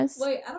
Wait